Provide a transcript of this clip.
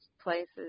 places